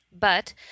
But